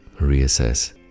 Reassess